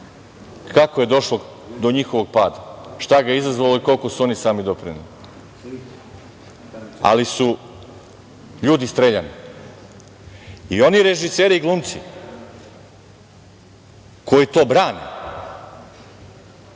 kako je došlo do njihovog pada, šta ga je izazvalo i koliko su oni sami doprineli, ali su ljudi streljani. I oni režiseri i glumci koji to brane